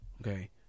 Okay